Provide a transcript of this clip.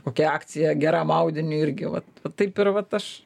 kokia akcija geram audiniui irgi va va taip ir vat aš